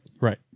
right